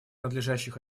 надлежащих